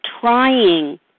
trying